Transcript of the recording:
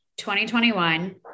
2021